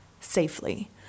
safely